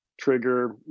trigger